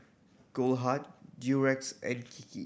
Goldheart Durex and Kiki